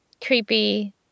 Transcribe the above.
creepy